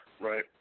Right